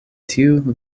tiu